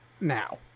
now